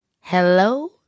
Hello